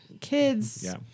kids